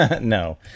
No